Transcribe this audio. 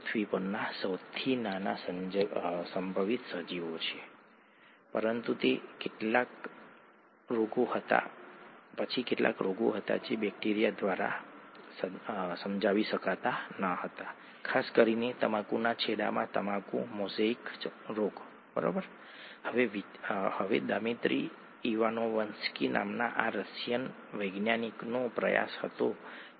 અને વિવિધ જુદા જુદા પીએચ પર પ્રોટીનમાં ચોખ્ખો ચાર્જ ખૂબ જ અલગ હોઈ શકે છે કારણ કે પ્રોટીનનું નિર્માણ કરતા એમિનો એસિડ્સની પ્રકૃતિ હોય છે